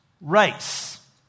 race